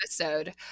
episode